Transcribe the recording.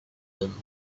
him